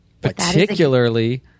Particularly